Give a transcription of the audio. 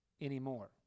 anymore